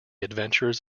adventures